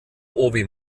obi